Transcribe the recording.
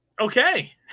Okay